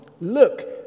look